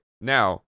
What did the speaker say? Now